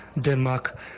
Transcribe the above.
Denmark